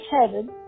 heaven